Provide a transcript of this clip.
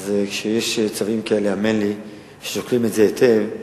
אז כשיש צווים כאלה, האמן לי, שוקלים את זה היטב.